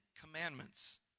Commandments